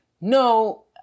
No